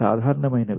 సాధారణమైనవి